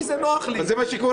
כי זה נוח לי -- אבל זה מה שקורה.